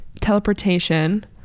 teleportation